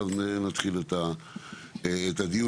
ואז נתחיל את הדיון.